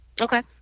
Okay